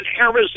arizona